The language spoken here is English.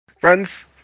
Friends